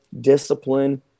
discipline